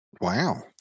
Wow